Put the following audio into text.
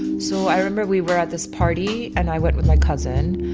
so i remember we were at this party. and i went with my cousin.